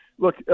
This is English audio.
Look